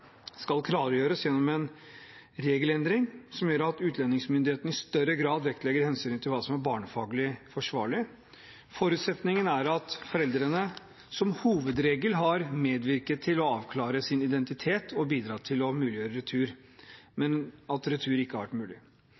skal klargjøres gjennom en regelendring som gjør at utlendingsmyndighetene i større grad vektlegger hensynet til hva som er barnefaglig forsvarlig. Forutsetningen er at foreldrene som hovedregel har medvirket til å avklare sin identitet og bidratt til å muliggjøre retur, men at retur ikke har vært mulig.»